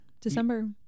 December